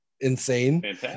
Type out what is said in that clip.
insane